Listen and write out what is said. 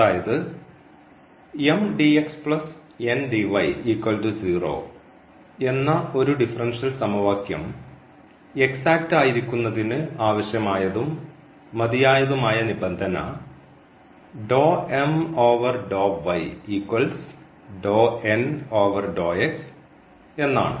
അതായത് എന്ന ഒരു ഡിഫറൻഷ്യൽ സമവാവാക്യം എക്സാക്റ്റ് ആയിരിക്കുന്നതിന് ആവശ്യമായതും മതിയായതുമായ നിബന്ധന എന്നാണ്